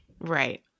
Right